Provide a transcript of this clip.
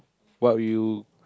what would you